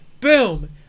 boom